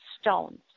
stones